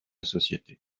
société